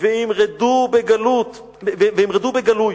וימרדו בגלוי",